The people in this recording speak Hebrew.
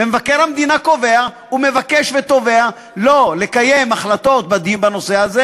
ומבקר המדינה קובע ומבקש ותובע לא לקיים החלטות בנושא הזה